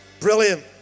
brilliant